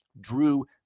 drew